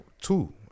two